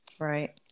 Right